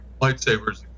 lightsabers